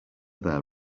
there